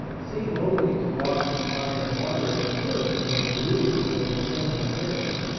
seem only to occupy a moderate portion of the roof of a single church!